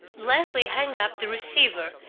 leslie hung up the receiver,